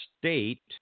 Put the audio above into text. state